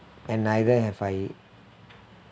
and neither have I